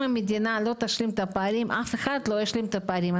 המדינה לא תשלים את הפערים אף אחד לא ישלים את הפערים,